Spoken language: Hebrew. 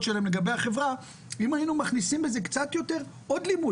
שלהם לגבי החברה אם היינו מכניסים בזה עוד לימוד,